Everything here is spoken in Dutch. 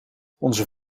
onze